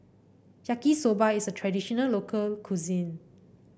Yaki Soba is a traditional local cuisine